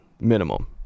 minimum